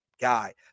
guy